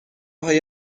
های